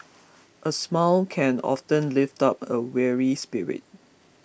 a smile can often lift up a weary spirit